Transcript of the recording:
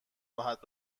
راحت